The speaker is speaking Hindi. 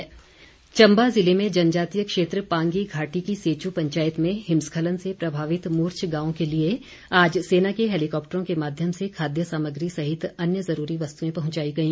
खाद्य सामग्री चम्बा जिले में जनजातीय क्षेत्र पांगी घाटी की सेचू पंचायत में हिमस्खलन से प्रभावित मूर्छ गांव के लिए आज सेना के हेलिकॉप्टरों के माध्यम से खाद्य सामग्री सहित अन्य जरूरी वस्तुएं पहुंचाई गई